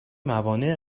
موانع